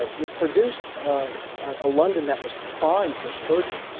ah it produced a london that was primed for spurgeon.